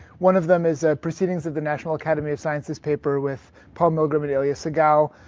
one of them is ah proceedings of the national academy of sciences paper with paul milgrom, and ilya segal.